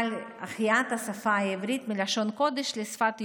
החייאת השפה העברית מלשון קודש לשפת יום-יום.